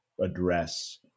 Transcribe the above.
address